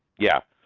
yeah.